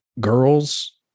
girls